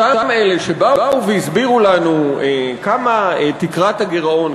אותם אלה שבאו והסבירו לנו כמה תקרת הגירעון,